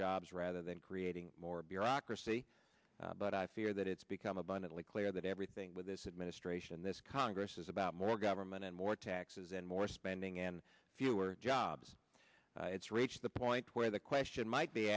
jobs rather than creating more bureaucracy but i fear that it's become abundantly clear that everything with this administration and this congress is about more government and more taxes and more spending and fewer jobs it's reached the point where the question might be